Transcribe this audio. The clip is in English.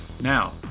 Now